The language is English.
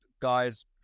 guys